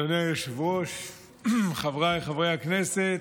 אדוני היושב-ראש, חבריי חברי הכנסת,